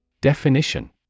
Definition